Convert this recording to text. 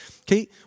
Okay